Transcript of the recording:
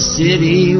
city